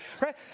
right